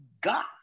God